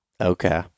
Okay